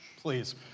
Please